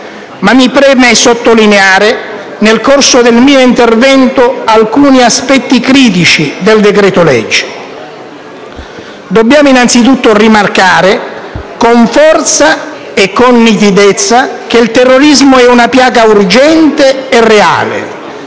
quindi, sottolineare, nel corso del mio intervento, alcuni aspetti critici del decreto-legge. Dobbiamo innanzi tutto rimarcare, con forza e nitidezza, che il terrorismo è una piaga urgente e reale,